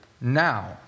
now